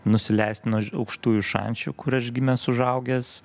nusileist nuo aukštųjų šančių kur aš gimęs užaugęs